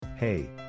Hey